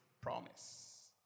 promise